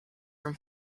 from